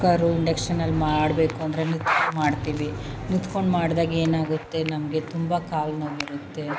cooker ಇಂಡಕ್ಷನಲ್ಲಿ ಮಾಡಬೇಕು ಅಂದರೆ ನಿಂತ್ಕೊಂಡು ಮಾಡ್ತೀವಿ ನಿಂತ್ಕೊಂಡು ಮಾಡಿದಾಗ ಏನಾಗುತ್ತೆ ನಮಗೆ ತುಂಬ ಕಾಲು ನೋವು ಬರುತ್ತೆ